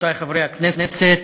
רבותי חברי הכנסת,